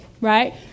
right